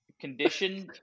condition